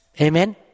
Amen